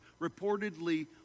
reportedly